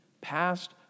past